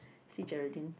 see Geraldine's